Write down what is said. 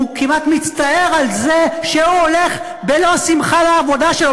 הוא כמעט מצטער על זה שהוא הולך בלא שמחה לעבודה שלו.